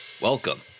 Welcome